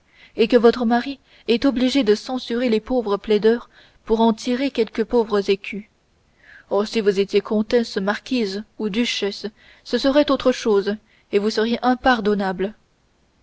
et que votre mari est obligé de sangsurer les pauvres plaideurs pour en tirer quelques pauvres écus oh si vous étiez comtesse marquise ou duchesse ce serait autre chose et vous seriez impardonnable